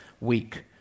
week